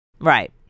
Right